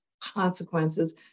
consequences